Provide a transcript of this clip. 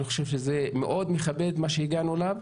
אני חושב שזה מאוד מכבד מה שהגענו אליו,